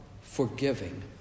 forgiving